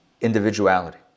individuality